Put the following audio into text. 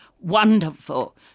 wonderful